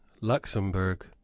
Luxembourg